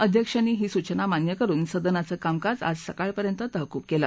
अध्यक्षांनी ही सूचना मान्य करुन सदनाचं कामकाज आज सकाळपर्यंत तहकूब केलं